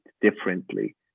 differently